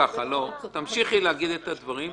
תמשיכי להגיד את הדברים.